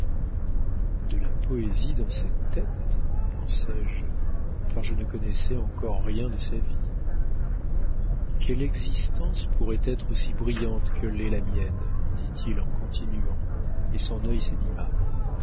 de la poésie dans cette tête pensai-je car je ne connaissais encore rien de sa vie quelle existence pourrait être aussi brillante que l'est la mienne dit-il en continuant et son œil s'anima